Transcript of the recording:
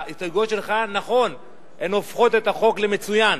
ההסתייגויות שלך, נכון, הן הופכות את החוק למצוין,